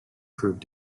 prove